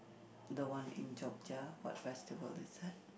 the one in Yogya what festival is that